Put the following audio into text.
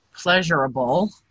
pleasurable